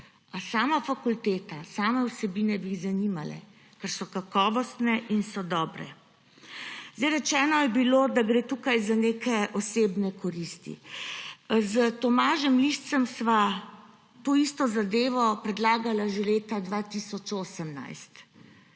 A sama fakulteta, same vsebine bi jih zanimale, ker so kakovostne in so dobre. Rečeno je bilo, da gre tukaj za neke osebne koristi. S Tomažem Liscem sva to isto zadevo predlagala že leta 2018,